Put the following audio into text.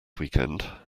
weekend